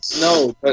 No